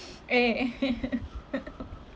eh